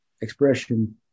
expression